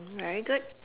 very good